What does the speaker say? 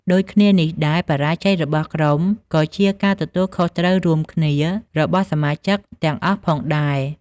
ដូចគ្នានេះដែរ បរាជ័យរបស់ក្រុម ក៏ជាការទទួលខុសត្រូវរួមគ្នារបស់សមាជិកទាំងអស់ផងដែរ។